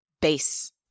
base